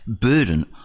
burden